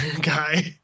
guy